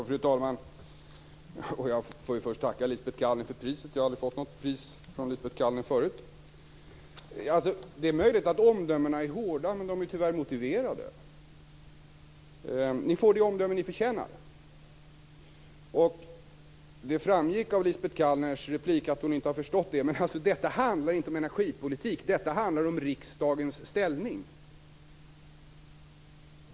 Fru talman! Jag får först tacka Lisbet Calner för priset. Jag har aldrig förut fått något pris av Lisbet Det är möjligt att omdömena är hårda, men de är tyvärr motiverade. Ni får det omdöme ni förtjänar. Det framgick av Lisbet Calners replik att hon inte har förstått det, men detta handlar inte om energipolitik utan om riksdagens ställning.